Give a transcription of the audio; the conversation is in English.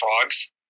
frogs